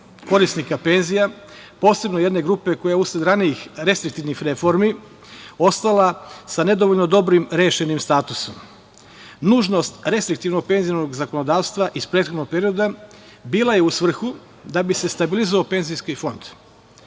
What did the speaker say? korisnika penzija, posebno jedne grupe koja je usled ranijih restriktivnih reformi ostala sa nedovoljno dobro rešenim statusom. Nužnost restriktivnog penzionog zakonodavstva iz prethodnog perioda bila je u svrhu da bi se stabilizovao penzijski fond,